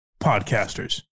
podcasters